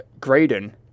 Graydon